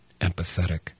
empathetic